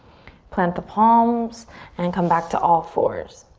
plant the palms and come back to all fours.